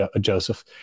Joseph